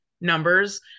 numbers